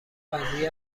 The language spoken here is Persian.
قضیه